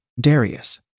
Darius